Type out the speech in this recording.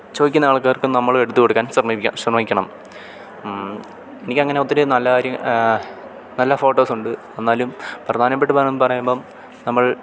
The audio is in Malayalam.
ചോദിക്കുന്ന ആൾക്കാർക്കും നമ്മൾ എടുത്ത് കൊടുക്കാൻ ശ്രമിപ്പിക്കാൻ ശ്രമിക്കണം എനിക്കങ്ങനെ ഒത്തിരി നല്ല കാര്യങ് നല്ല ഫോട്ടോസുണ്ട് എന്നാലും പ്രധാനപ്പെട്ടത് പാറം പറയുമ്പം നമ്മൾ